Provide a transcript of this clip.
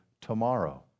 tomorrow